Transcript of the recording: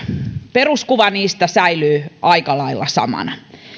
peruskuva niistä säilyy aika lailla samana